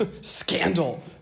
Scandal